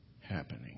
happening